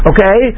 Okay